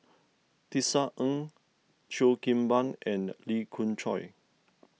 Tisa Ng Cheo Kim Ban and Lee Khoon Choy